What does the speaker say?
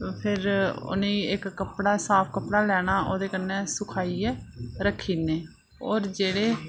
फिर उ'नें गी इक कपड़ा साफ कपड़ा लैना ओह्दे कन्नै सुखाइयै रक्खी ओड़ने और जेह्ड़े